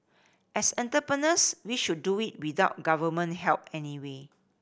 as entrepreneurs we should do it without Government help anyway